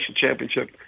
championship